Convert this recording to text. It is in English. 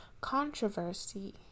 controversy